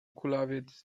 kulawiec